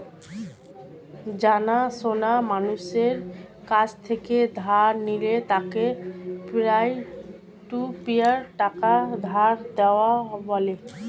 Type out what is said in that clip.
জানা সোনা মানুষের কাছ থেকে ধার নিলে তাকে পিয়ার টু পিয়ার টাকা ধার দেওয়া বলে